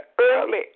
early